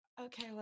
okay